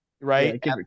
right